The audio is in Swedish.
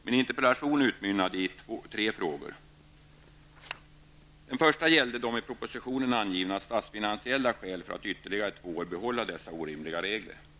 Min interpellation utmynnade i tre frågor. Den första gällde de i propositionen angivna statsfinansiella skälen för att i ytterligare två år behålla dessa orimliga regler.